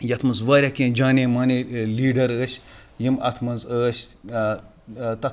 یَتھ منٛز واریاہ کینٛہہ جانے مانے لیٖڈَر ٲسۍ یِم اَتھ منٛز ٲسۍ تَتھ